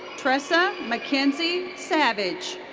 tressa mackenzie savage.